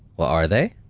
well, are they?